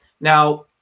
Now